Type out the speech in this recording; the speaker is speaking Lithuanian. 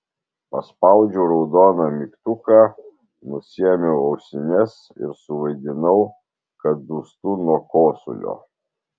paspaudžiau raudoną mygtuką nusiėmiau ausines ir suvaidinau kad dūstu nuo kosulio